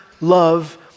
love